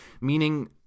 Meaning